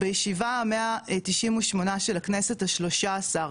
בישיבה 198 של הכנסת ה- 13,